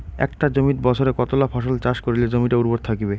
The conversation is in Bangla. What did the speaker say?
একটা জমিত বছরে কতলা ফসল চাষ করিলে জমিটা উর্বর থাকিবে?